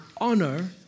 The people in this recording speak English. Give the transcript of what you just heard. honor